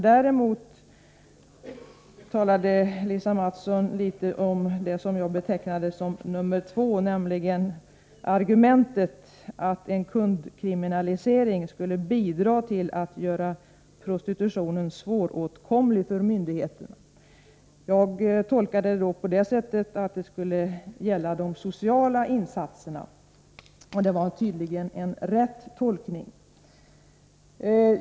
Däremot talade hon en del om det som jag betecknade som nr 2, nämligen argumentet att en kundkriminalisering skulle bidra till att göra prostitutionen svåråtkomlig för myndigheterna. Jag tolkar det så att det skulle gälla de sociala insatserna, och det var tydligen en riktig tolkning.